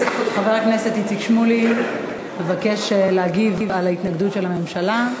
אז חבר הכנסת איציק שמולי מבקש להגיב על ההתנגדות של הממשלה.